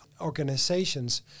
organizations